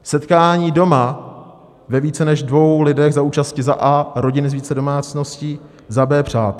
Setkání doma ve více než dvou lidech za účasti za a) rodin z více domácností, za b) přátel.